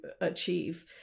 achieve